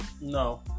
No